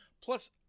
plus